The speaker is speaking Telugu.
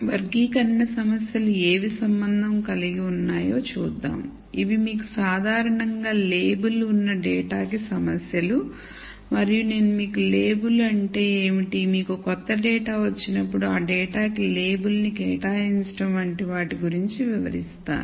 వర్గీకరణ సమస్యలు ఏవి సంబంధం కలిగి ఉన్నాయో చూద్దాం ఇవి మీకు సాధారణంగా లేబుల్ ఉన్న డేటా కి సమస్యలు మరియు నేను మీకు లేబుల్ అంటే ఏమిటిమీకు కొత్త డేటా వచ్చినప్పుడు ఆ డేటా కి లేబుల్ ని కేటాయించడం వంటి వాటి గురించి వివరిస్తాను